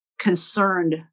concerned